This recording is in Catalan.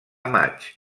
maig